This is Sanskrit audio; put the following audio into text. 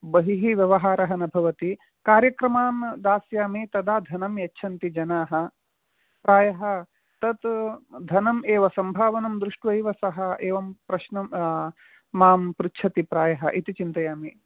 बहिः व्यवहारः न भवति कार्यक्रमान् दास्यामि तदा धनं यच्छन्ति जनाः प्रायः तत् धनम् एव सम्भावनं दृष्ट्वैव सः एवं प्रश्नं मां पृच्छति प्रायः इति चिन्तयामि